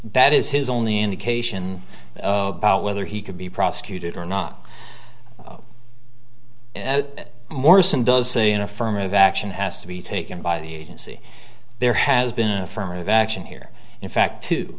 that is his only indication about whether he could be prosecuted or not morrison does say an affirmative action has to be taken by the agency there has been an affirmative action here in fact t